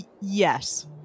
yes